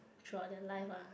throughout their life ah